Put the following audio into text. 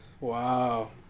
Wow